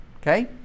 Okay